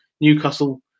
Newcastle